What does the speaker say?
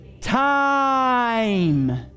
Time